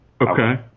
Okay